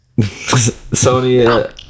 Sony